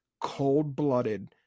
cold-blooded